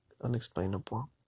Unexplainable